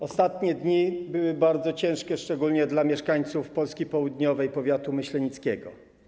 Ostatnie dni były bardzo ciężkie, szczególnie dla mieszkańców Polski południowej, powiatu myślenickiego.